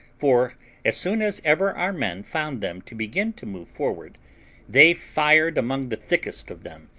for as soon as ever our men found them to begin to move forward they fired among the thickest of them,